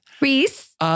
Reese